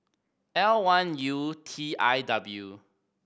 L one U T I W